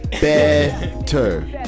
better